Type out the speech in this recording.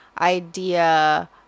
idea